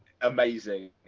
amazing